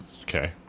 okay